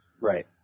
Right